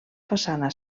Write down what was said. façana